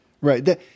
Right